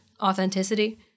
authenticity